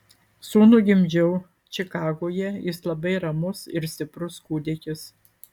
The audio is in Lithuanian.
sūnų gimdžiau čikagoje jis labai ramus ir stiprus kūdikis